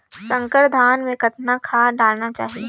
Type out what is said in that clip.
संकर धान मे कतना खाद डालना चाही?